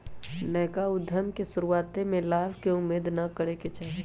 नयका उद्यम में शुरुआते में लाभ के उम्मेद न करेके चाही